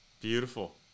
Beautiful